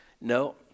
No